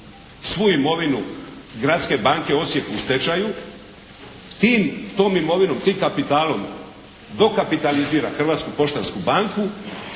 svu imovinu Gradske banke Osijek u stečaju. Tom imovinom, tim kapitalom dokapitalizira Hrvatsku poštansku banku